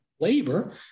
labor